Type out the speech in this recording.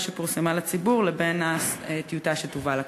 שפורסמה לציבור לבין הטיוטה שתובא לכנסת?